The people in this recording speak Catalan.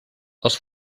els